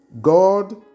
God